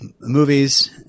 movies